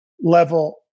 level